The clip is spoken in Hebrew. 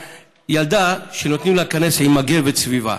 ילדה שנותנים לה להיכנס עם מגבת סביבה,